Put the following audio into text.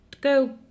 go